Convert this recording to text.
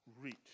reach